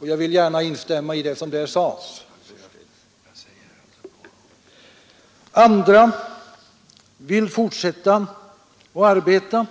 Jag vill gärna instämma i vad som där sades. Andra vill fortsätta att arbeta.